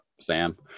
Sam